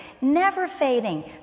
never-fading